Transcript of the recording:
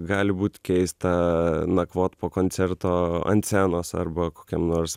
gali būt keista nakvot po koncerto ant scenos arba kokiam nors